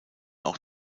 auch